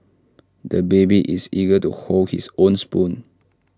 the baby is eager to hold his own spoon